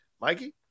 Mikey